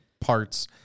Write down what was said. parts